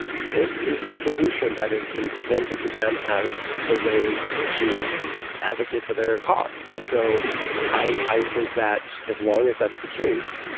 this is the solution that has been presented to them as the way to advocate for their cause and so i i think that as long as that's the case,